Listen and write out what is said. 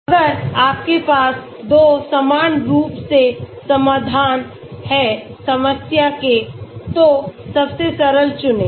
अगर आपके पास 2 समान रूप से समाधान हैं समस्या के तो सबसे सरल चुनें